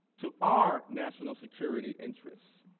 to our national security interests.